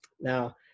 Now